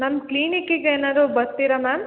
ನಮ್ಮ ಕ್ಲಿನಿಕ್ಕಿಗೆ ಏನಾದ್ರು ಬರ್ತೀರಾ ಮ್ಯಾಮ್